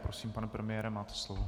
Prosím, pane premiére, máte slovo.